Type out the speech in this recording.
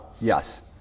yes